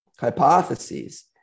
hypotheses